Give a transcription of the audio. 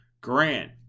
Grant